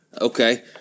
Okay